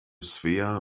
svea